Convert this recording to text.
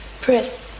Pris